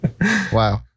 Wow